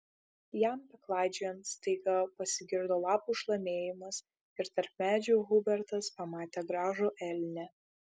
jam beklaidžiojant staiga pasigirdo lapų šlamėjimas ir tarp medžių hubertas pamatė gražų elnią